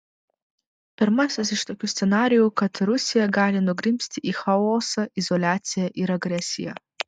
pirmasis iš tokių scenarijų kad rusija gali nugrimzti į chaosą izoliaciją ir agresiją